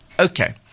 Okay